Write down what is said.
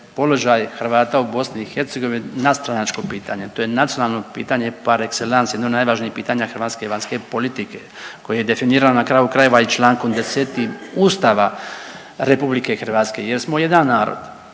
položaj Hrvata u BiH nadstranačko pitanje. To je nacionalno pitanje par excellance, jedno od najvažnijih pitanja hrvatske vanjske politike koje je definirano na kraju krajeva i člankom 10. Ustava Republike Hrvatske jer smo jedan narod